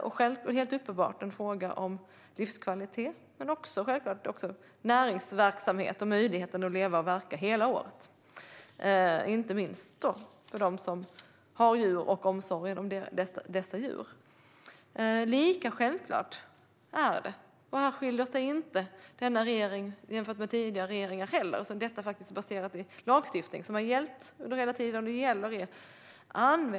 Det är helt uppenbart en fråga om livskvalitet men självklart också om näringsverksamhet och möjligheten att leva och verka hela året - inte minst för dem som har djur och omsorg om dessa djur. Lika självklart är det när det gäller användningen av kemiska bekämpningsmedel. Inte heller här skiljer sig den här regeringen från tidigare regeringar, eftersom detta faktiskt baseras på lagstiftning som har gällt hela tiden och gäller nu.